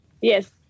Yes